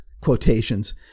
quotations